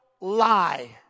lie